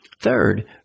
Third